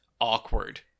awkward